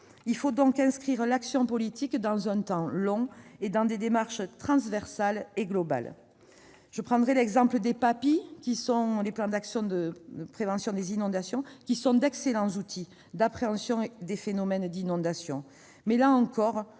Il faut donc inscrire l'action politique dans un temps long et dans des démarches transversales et globales. Par exemple, les programmes d'actions de prévention des inondations, les PAPI, sont d'excellents outils d'appréhension des phénomènes d'inondations. Mais, là encore,